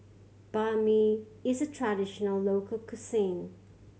Banh Mi is a traditional local cuisine